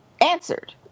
answered